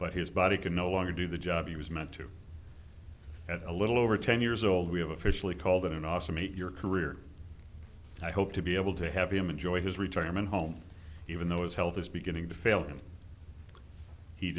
but his body can no longer do the job he was meant to at a little over ten years old we have officially called it an awesome meet your career i hope to be able to have him enjoy his retirement home even though his health is beginning to fail him he